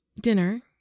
dinner